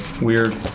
weird